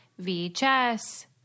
VHS